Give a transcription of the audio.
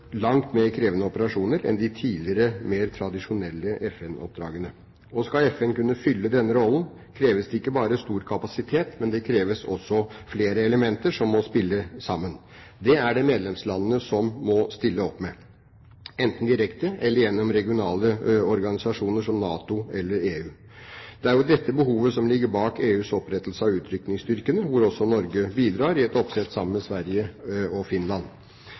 langt mer krevende operasjoner enn de tidligere, mer tradisjonelle FN-oppdragene. Skal FN kunne fylle denne rollen, kreves det ikke bare stor kapasitet, men det kreves også flere elementer som må spille sammen. Det er det medlemslandene som må stille opp med – enten direkte eller gjennom regionale organisasjoner, som NATO eller EU. Det er jo dette behovet som ligger bak EUs opprettelse av utrykningsstyrkene, hvor også Norge bidrar, i et oppsett sammen med Sverige og Finland.